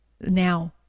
now